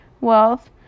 wealth